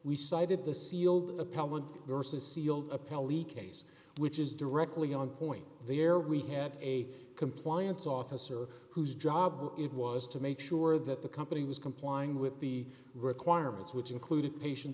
we cited the sealed appellant vs sealed appellee case which is directly on point there we had a compliance officer whose job it was to make sure that the company was complying with the requirements which included patient